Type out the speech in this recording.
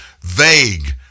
vague